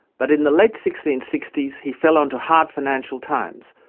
but in the late sixteen sixty s he fell onto hard financial times,